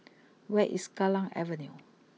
where is Kallang Avenue